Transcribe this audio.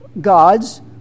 gods